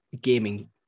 gaming